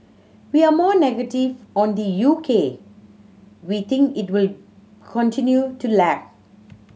we are more negative on the U K we think it will continue to lag